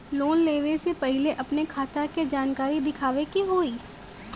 Loan लेवे से पहिले अपने खाता के जानकारी दिखावे के होई?